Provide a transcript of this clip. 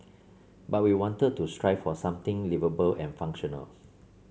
but we wanted to strive for something liveable and functional